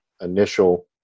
initial